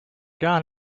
gar